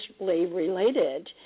related